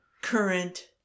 current